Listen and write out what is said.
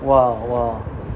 !wah! !wah!